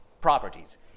properties